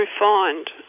refined